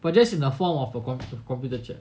but just in the form of of a confidential